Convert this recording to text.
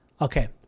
Okay